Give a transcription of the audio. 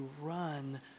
run